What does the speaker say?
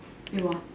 eh what